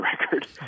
record